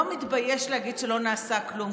לא מתבייש להגיד שלא נעשה כלום,